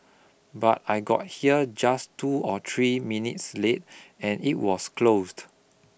but I got here just two or three minutes late and it was closed